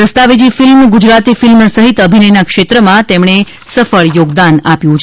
દસ્તાવેજી film Gujarati film સહિત અભિનયના ક્ષેત્રમાં તેમને સફળ યોગદાન આપ્યુ છે